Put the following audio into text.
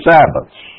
Sabbaths